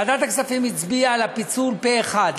ועדת הכספים הצביעה על הפיצול פה-אחד.